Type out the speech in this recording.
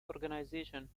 organisation